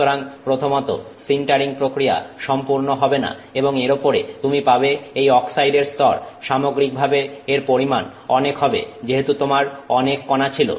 সুতরাং প্রথমত সিন্টারিং প্রক্রিয়া সম্পূর্ণ হবে না এবং এর ওপরে তুমি পাবে এই অক্সাইডের স্তর সামগ্রিকভাবে এর পরিমাণ অনেক হবে যেহেতু তোমার অনেক কণা ছিল